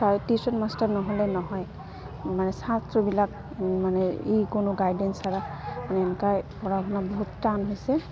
তাৰ tuition master নহ'লে নহয় মানে ছাত্ৰবিলাক মানে ই কোনো গাইডেঞ্চ লাগা মানে এনেকুৱাই পঢ়া শুনা বহুত টান হৈছে